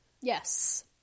Yes